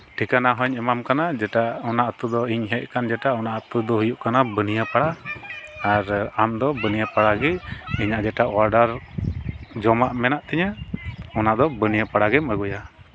ᱴᱷᱤᱠᱟᱹᱱᱟ ᱦᱚᱸᱧ ᱮᱢᱟᱢ ᱠᱟᱱᱟ ᱡᱮᱴᱟ ᱚᱱᱟ ᱟᱹᱛᱩ ᱫᱚ ᱤᱧ ᱦᱮᱡ ᱟᱠᱟᱱ ᱚᱱᱟ ᱟᱹᱛᱩ ᱫᱚ ᱦᱩᱭᱩᱜ ᱠᱟᱱᱟ ᱵᱟᱹᱱᱤᱭᱟᱹ ᱯᱟᱲᱟ ᱟᱨ ᱟᱢᱫᱚ ᱵᱟᱹᱱᱭᱟᱹ ᱯᱟᱲᱟ ᱜᱮ ᱤᱧᱟᱹᱜ ᱡᱮᱴᱟ ᱚᱰᱟᱨ ᱡᱚᱢᱟᱜ ᱢᱮᱱᱟᱜ ᱛᱤᱧᱟᱹ ᱚᱱᱟ ᱫᱚ ᱵᱟᱹᱱᱭᱟᱹ ᱯᱟᱲᱟ ᱜᱮᱢ ᱟᱹᱜᱩᱭᱟ